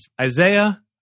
Isaiah